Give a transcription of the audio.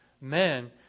men